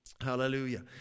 Hallelujah